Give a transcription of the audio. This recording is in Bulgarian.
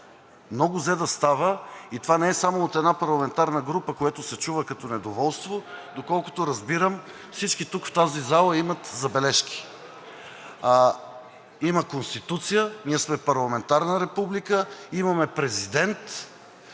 Много взе да става! И това не е само от една парламентарна група, което се чува като недоволство. Доколкото разбирам, всички тук, в тази зала, имат забележки. Има Конституция. Ние сме парламентарна република. Имаме президент,